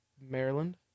Maryland